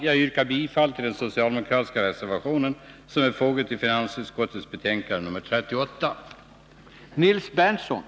Jag yrkar bifall till den socialdemokratiska reservation som är fogad till finansutskottets betänkande 1981/82:38.